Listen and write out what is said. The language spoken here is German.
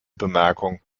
bemerkung